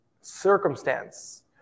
circumstance